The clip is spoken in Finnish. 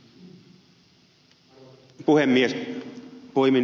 arvoisa puhemies